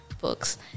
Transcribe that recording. books